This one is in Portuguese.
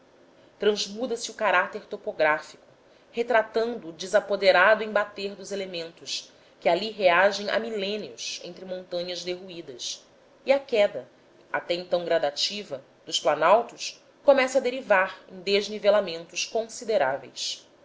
cobrindo os transmuda se o caráter topográfico retratando o desapoderado embater dos elementos que ali reagem há milênios entre montanhas derruídas e a queda até então gradativa dos planaltos começa a derivar em desnivelamentos consideráveis